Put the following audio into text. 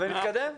ונתקדם.